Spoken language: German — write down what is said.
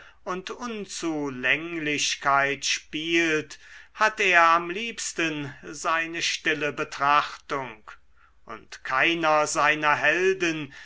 und unzulänglichkeit spielt hat er am liebsten seine stille betrachtung und keiner seiner helden